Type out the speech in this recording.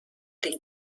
den